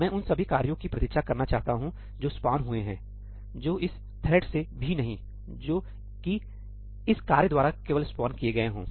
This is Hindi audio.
मैं उन सभी कार्यों की प्रतीक्षा करना चाहता हूं जो स्पॉन हुए है जो इस से भी नहीं जो कि इस कार्य द्वारा केवल स्पॉन किए गए हों